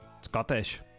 Scottish